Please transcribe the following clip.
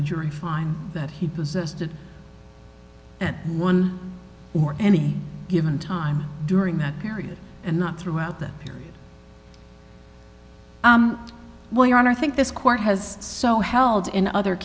the jury find that he possessed it one or any given time during that period and not throughout that period while your honor think this court has so held in other